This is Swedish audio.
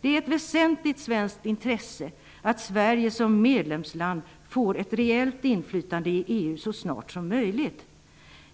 Det är ett väsentligt svenskt intresse att Sverige som medlemsland får ett reellt inflytande i EU så snart som möjligt.